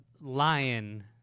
lion